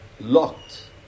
locked